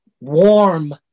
warm